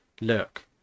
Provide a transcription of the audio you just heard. look